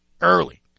Early